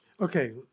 okay